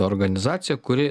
organizacija kuri